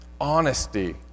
honesty